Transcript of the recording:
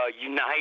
unite